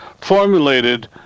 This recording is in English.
formulated